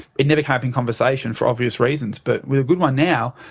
it never came up in conversations, for obvious reasons. but with a good one now,